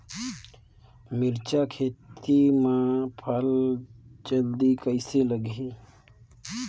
मिरचा खेती मां फल जल्दी कइसे लगही?